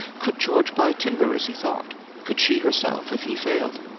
could george buy timber as he thought could she, herself, if he failed?